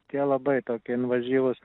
tie labai tokie invazyvūs